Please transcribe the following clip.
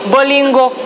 Bolingo